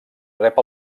rep